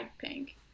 pink